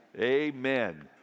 Amen